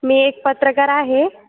मी एक पत्रकार आहे